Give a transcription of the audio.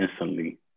instantly